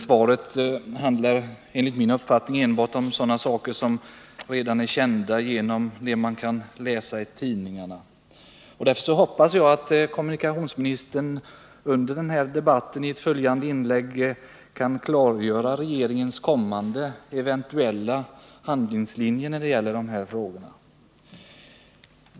Svaret handlar enligt min uppfattning enbart om sådana saker som redan är kända genom vad man kan läsa i tidningarna. Därför hoppas jag att kommunikationsministern i ett följande inlägg under den här debatten skall klargöra regeringens eventuella kommande handlingslinje i de här frågorna.